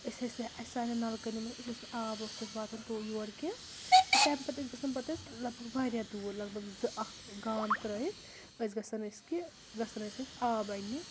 أسۍ ٲسۍ نہٕ اَسہِ سانٮ۪ن نَلکَن یِم أسۍ ٲسۍ نہٕ آب اوس نہٕ اَسہِ واتان تو یور کیٚنٛہہ تہٕ تَمہِ پَتہٕ ٲسۍ گژھان پَتہٕ ٲسۍ لگ بگ واریاہ دوٗر لگ بگ زٕ اَکھ گام ترٛٲیِتھ ٲسۍ گژھان أسۍ کہِ گژھان ٲسۍ أسۍ آب انٛنہِ